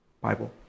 Bible